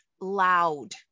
loud